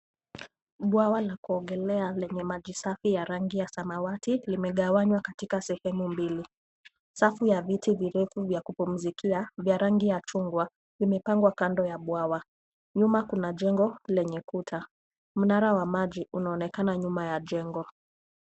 Bwawa la kuogelea lenye maji safi ya rangi ya samawati, limegawanywa katika sehemu mbili. Safu ya viti virefu vya kupumzikia vya rangi ya chungwa vimepangwa kando ya bwawa. Nyuma kuna jengo lenye kuta. Mnara wa maji unaonekana nyuma ya jengo.